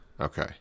Okay